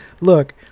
Look